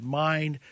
mind